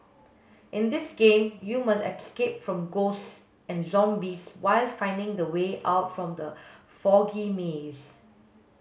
in this game you must escape from ghosts and zombies while finding the way out from the foggy maze